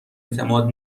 اعتماد